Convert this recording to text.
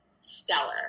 stellar